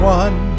one